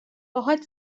باهات